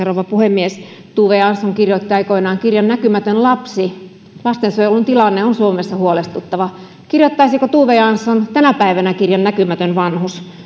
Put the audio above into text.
rouva puhemies tove jansson kirjoitti aikoinaan kirjan näkymätön lapsi lastensuojelun tilanne on suomessa huolestuttava kirjoittaisiko tove jansson tänä päivänä kirjan näkymätön vanhus